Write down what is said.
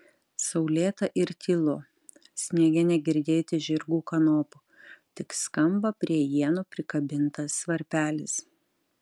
saulėta ir tylu sniege negirdėti žirgų kanopų tik skamba prie ienų prikabintas varpelis